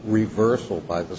reversal by the